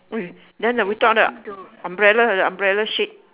wait then the the umbrella the umbrella shade